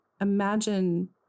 imagine